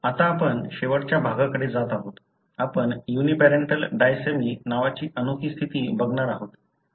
आता आपण शेवटच्या भागाकडे जात आहोत आपण युनीपॅरेंटल डायसॅमी नावाची अनोखी स्थिती बघणार आहोत